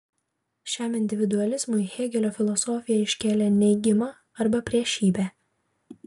šiam individualizmui hėgelio filosofija iškėlė neigimą arba priešybę